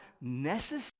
necessary